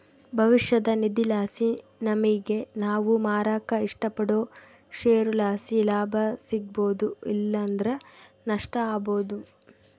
ಭವಿಷ್ಯದ ನಿಧಿಲಾಸಿ ನಮಿಗೆ ನಾವು ಮಾರಾಕ ಇಷ್ಟಪಡೋ ಷೇರುಲಾಸಿ ಲಾಭ ಸಿಗ್ಬೋದು ಇಲ್ಲಂದ್ರ ನಷ್ಟ ಆಬೋದು